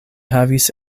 havis